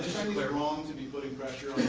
wrong to be putting pressure